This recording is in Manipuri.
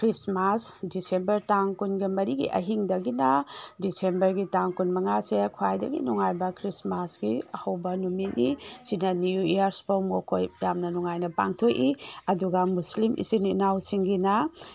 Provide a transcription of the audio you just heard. ꯈ꯭ꯔꯤꯃꯥꯁ ꯗꯤꯁꯦꯝꯕꯔ ꯇꯥꯡ ꯀꯨꯟꯒ ꯃꯔꯤꯒꯤ ꯑꯍꯤꯡꯗꯒꯤꯅ ꯗꯤꯁꯦꯝꯕꯔꯒꯤ ꯇꯥꯡ ꯀꯨꯟ ꯃꯉꯥꯁꯦ ꯈ꯭ꯋꯥꯏꯗꯒꯤ ꯅꯨꯡꯉꯥꯏꯕ ꯈ꯭ꯔꯤꯃꯥꯁꯀꯤ ꯑꯍꯧꯕ ꯅꯨꯃꯤꯠꯅꯤ ꯁꯤꯅ ꯅꯤꯎ ꯏꯌꯥꯔꯁ ꯐꯥꯎ ꯃꯈꯣꯏ ꯌꯥꯝꯅ ꯅꯨꯡꯉꯥꯏꯅ ꯄꯥꯡꯊꯣꯛꯏ ꯑꯗꯨꯒ ꯃꯨꯁꯂꯤꯝ ꯏꯆꯤꯟ ꯏꯅꯥꯎꯁꯤꯡꯒꯤꯅ